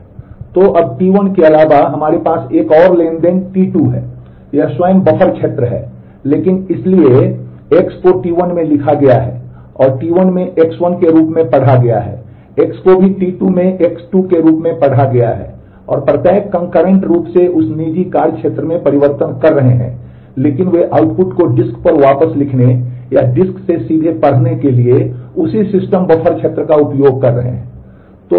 तो अब T1 के अलावा हमारे पास एक और ट्रांज़ैक्शन T2 है यह स्वयं बफर क्षेत्र है लेकिन इसलिए x को T1 में लिखा गया है T1 में x1 के रूप में पढ़ा गया है x को भी T2 में x2 के रूप में पढ़ा गया है और प्रत्येक कंकरेंट रूप से उस निजी कार्य क्षेत्र में परिवर्तन कर रहे हैं लेकिन वे आउटपुट को डिस्क पर वापस लिखने या डिस्क से सीधे पढ़ने के लिए उसी सिस्टम बफर क्षेत्र का उपयोग कर रहे हैं